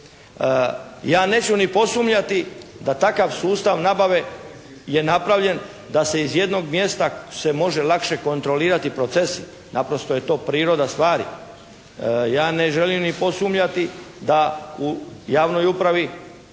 Ja neću ni posumnjati da takav sustav nabave je napravljen da se iz jednog mjesta se može lakše kontrolirati procesi. Naprosto je to priroda stvari. Ja ne želim ni posumnjati da u javnoj upravi